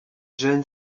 jeune